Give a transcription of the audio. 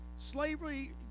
Slavery